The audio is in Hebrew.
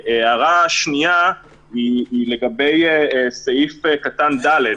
הערה שנייה היא לגבי סעיף קטן (ד).